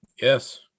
Yes